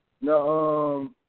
No